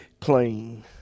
clean